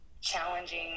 challenging